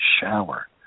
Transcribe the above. shower